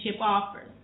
offers